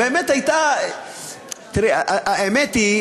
האמת היא,